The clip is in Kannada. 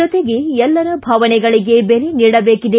ಜೊತೆಗೆ ಎಲ್ಲರ ಭಾವನೆಗಳಿಗೆ ಬೆಲೆ ನೀಡಬೇಕಿದೆ